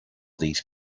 these